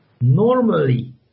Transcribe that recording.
Normally